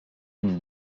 une